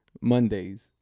Mondays